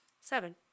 Seven